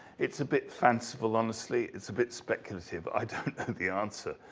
it is a bit fanciful, honestly. it is a bit speculative. i don't know the answer.